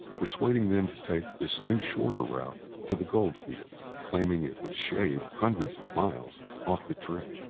persuading them to take this new shorter route to the gold fields, claiming it would shave hundreds of miles off the trip.